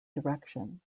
direction